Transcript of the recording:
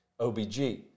OBG